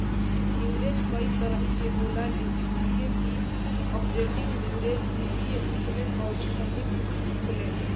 leverage कई तरही के होला जइसे की आपरेटिंग लीवरेज, वित्तीय उत्तोलन अउरी संयुक्त उत्तोलन